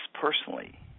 personally